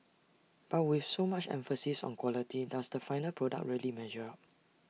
but with so much emphasis on quality does the final product really measure